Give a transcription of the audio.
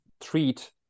treat